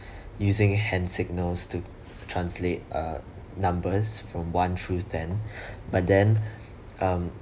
using hand signals to translate uh uh numbers from one through ten but then um